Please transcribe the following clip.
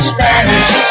Spanish